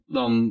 dan